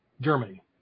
Germany